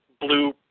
blue